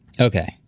okay